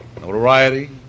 notoriety